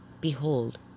behold